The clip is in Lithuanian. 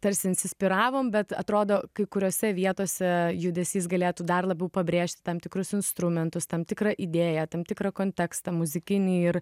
tarsi insispiravom bet atrodo kai kuriose vietose judesys galėtų dar labiau pabrėžti tam tikrus instrumentus tam tikrą idėją tam tikrą kontekstą muzikinį ir